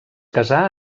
casà